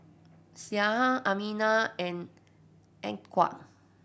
Syah Aminah and Atiqah